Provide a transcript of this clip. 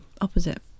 opposite